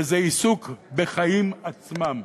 וזה עיסוק בחיים עצמם,